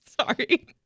Sorry